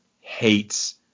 hates